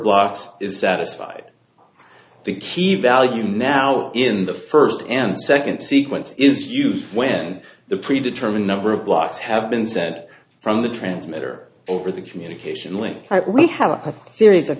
blocks is satisfied the key value now in the first and second sequence is used when the pre determined number of blocks have been sent from the transmitter over the communication link we have a series of